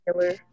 killer